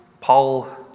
Paul